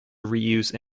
reuse